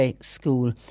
school